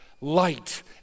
light